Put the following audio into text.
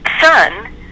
son